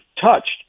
touched